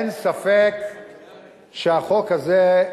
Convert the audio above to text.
אין ספק שהחוק הזה,